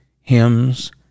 hymns